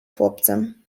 chłopcem